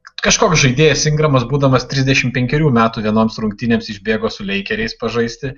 kažkoks žaidėjas ingramas būdamas trisdešimt penkerių metų vienoms rungtynėms išbėgo su leikeriais pažaisti